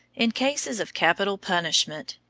in cases of capital punishment,